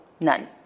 None